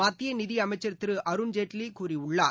மத்திய நிதி அமைச்சா திரு அருண்ஜேட்லி கூறியுள்ளார்